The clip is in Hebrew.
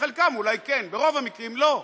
בחלקם אולי כן, ברוב המקרים לא.